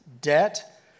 debt